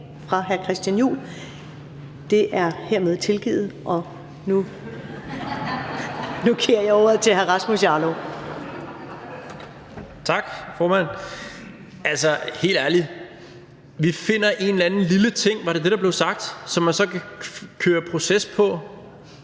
fra hr. Christian Juhl. Det er hermed tilgivet. Og nu giver jeg ordet til hr. Rasmus Jarlov. Kl. 15:53 Rasmus Jarlov (KF): Tak, formand. Altså, helt ærligt, vi finder en eller anden lille ting – var det det, der blev sagt? – som man så kan køre proces på?